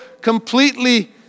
completely